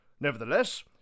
Nevertheless